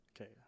Okay